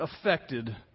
affected